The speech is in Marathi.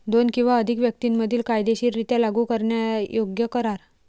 दोन किंवा अधिक व्यक्तीं मधील कायदेशीररित्या लागू करण्यायोग्य करार